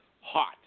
Hot